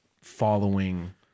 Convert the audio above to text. following